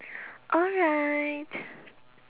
alright